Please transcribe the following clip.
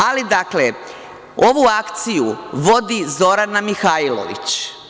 Ali, dakle, ovu akciju vodi Zorana Mihajlović.